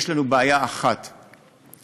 יש לנו בעיה אחת בכפרים,